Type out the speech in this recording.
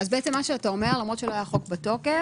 אתה אומר שלמרות שלא היה חוק בתוקף,